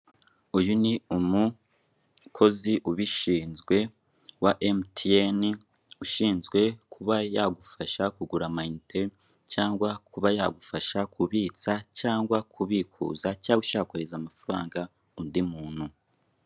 Uyu ni umukozi ubishinzwe wa MTN ushinzwe kuba yagufasha kugura amayinite cyangwa kuba yagufasha kubitsa cyangwa kubikuza cyangwa ushaka koherereza amafaranga undi muntu.